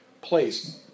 place